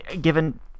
given